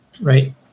Right